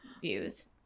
views